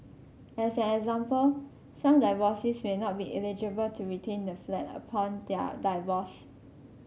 as an example some divorcees may not be eligible to retain the flat upon their divorce